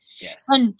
Yes